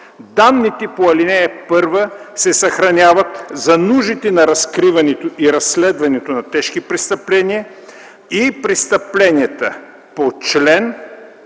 Данните по ал. 1 се съхраняват за нуждите на разкриването и разследването на тежки престъпления и престъпления” – това